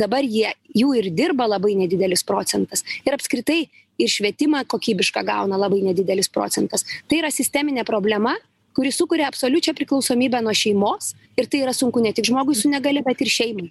dabar jie jų ir dirba labai nedidelis procentas ir apskritai ir švietimą kokybišką gauna labai nedidelis procentas tai yra sisteminė problema kuri sukuria absoliučią priklausomybę nuo šeimos ir tai yra sunku ne tik žmogui su negalia bet ir šeimai